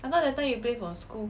I thought that time you play for school